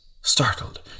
startled